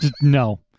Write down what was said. no